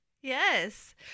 Yes